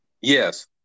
Yes